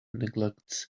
neglects